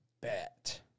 bet